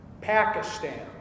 Pakistan